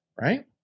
Right